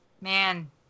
man